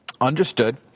Understood